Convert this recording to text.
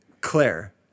Claire